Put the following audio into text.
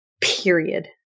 period